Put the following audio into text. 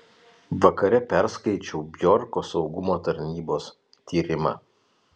vakare perskaičiau bjorko saugumo tarnybos tyrimą